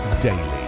daily